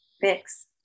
fix